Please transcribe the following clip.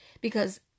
because-